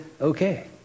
okay